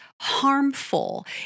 harmful